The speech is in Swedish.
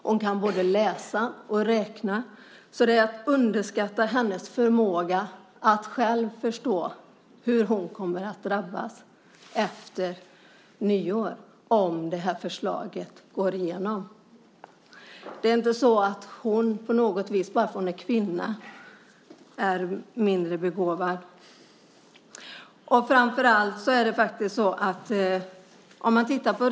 Hon kan både läsa och räkna, så det går inte att underskatta hennes förmåga att själv förstå hur hon kommer att drabbas efter nyår om nu det här förslaget går igenom. Det är inte så att hon bara för att hon är kvinna är mindre begåvad.